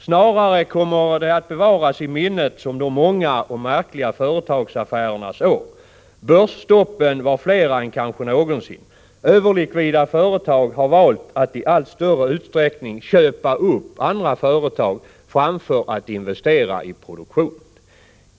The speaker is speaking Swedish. Snarare kommer det året att bevaras i minnet som de många och märkliga företagsaffärernas år. Börsstoppen var nog fler det året än de kanske någonsin varit. Överlikvida företag har valt att i allt större utsträckning köpa upp andra företag i stället för att investera i produktion.